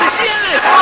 yes